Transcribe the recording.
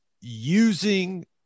using